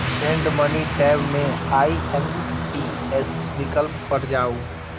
send money tab मे IMPS विकल्प पर जाउ